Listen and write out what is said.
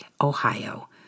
Ohio